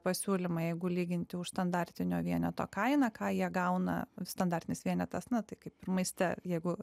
pasiūlymą jeigu lyginti už standartinio vieneto kainą ką jie gauna standartinis vienetas na tai kaip ir maiste jeigu